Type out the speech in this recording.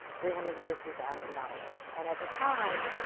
three hundred and fifty thousand dollars. and at the time,